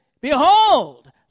behold